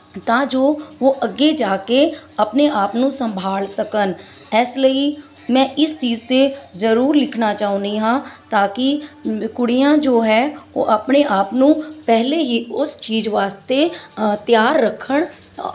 ਤਾਂ ਜੋ ਉਹ ਅੱਗੇ ਜਾ ਕੇ ਆਪਣੇ ਆਪ ਨੂੰ ਸੰਭਾਲ ਸਕਣ ਇਸ ਲਈ ਮੈਂ ਇਸ ਚੀਜ਼ 'ਤੇ ਜ਼ਰੂਰ ਲਿਖਣਾ ਚਾਹੁੰਦੀ ਹਾਂ ਤਾਂ ਕਿ ਕੁੜੀਆਂ ਜੋ ਹੈ ਉਹ ਆਪਣੇ ਆਪ ਨੂੰ ਪਹਿਲਾਂ ਹੀ ਉਸ ਚੀਜ਼ ਵਾਸਤੇ ਤਿਆਰ ਰੱਖਣ